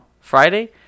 Friday